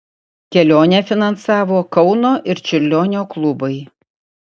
kelionę finansavo kauno ir čiurlionio klubai